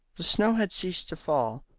the snow had ceased to fall,